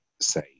say